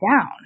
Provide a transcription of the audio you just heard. down